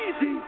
easy